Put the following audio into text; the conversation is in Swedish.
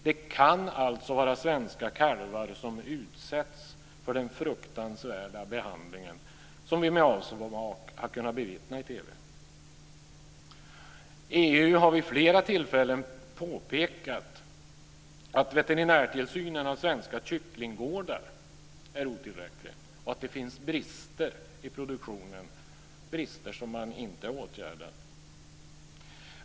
Det kan alltså vara svenska kalvar som utsätts för den fruktansvärda behandling som vi med avsmak har kunnat bevittna i EU har vid flera tillfällen påpekat att veterinärtillsynen på svenska kycklinggårdar är otillräcklig och att det finns brister i produktionen, brister som man inte åtgärdar.